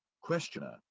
Questioner